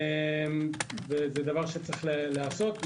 זה דבר שצריך להיעשות,